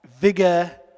vigor